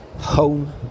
home